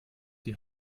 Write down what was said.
die